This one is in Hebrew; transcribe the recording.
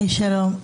שלום.